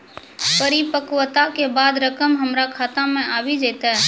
परिपक्वता के बाद रकम हमरा खाता मे आबी जेतै?